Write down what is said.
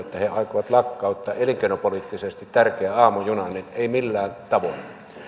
että he aikovat lakkauttaa elinkeinopoliittisesti tärkeän aamujunan ei millään tavoin